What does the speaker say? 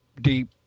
deep